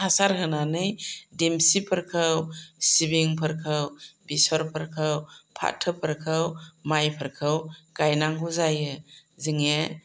हासार होनानै दिमसिफोरखौ सिबिंफोरखौ बेसरफोरखौ फाथोफोरखौ माइफोरखौ गायनांगौ जायो जोंने